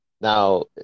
now